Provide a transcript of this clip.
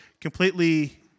completely